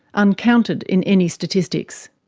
uncounted in any statistics.